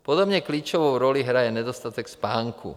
Podobně klíčovou roli hraje nedostatek spánku.